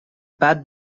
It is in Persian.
بعد